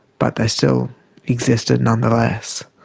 but they still existed nonetheless.